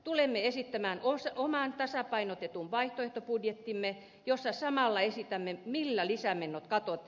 tulemme esittämään oman tasapainotetun vaihtoehtobudjettimme jossa samalla esitämme millä lisämenot katetaan